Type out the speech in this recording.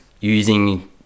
using